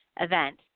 event